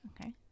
Okay